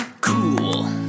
cool